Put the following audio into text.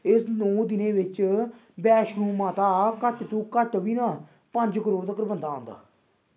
इस नौ दिनें बिच्च बैश्नो माता घट्ट तू घट्ट बी ना पंज करोड़ तक्कर बंदा आंदा